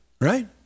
right